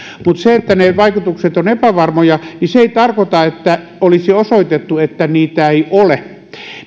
mutta se että vaikutukset ovat epävarmoja ei tarkoita että olisi osoitettu että niitä ei ole